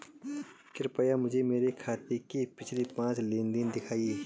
कृपया मुझे मेरे खाते के पिछले पांच लेन देन दिखाएं